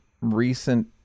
recent